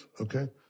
okay